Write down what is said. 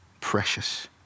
Precious